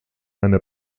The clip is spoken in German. einer